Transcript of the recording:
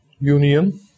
Union